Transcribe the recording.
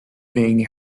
being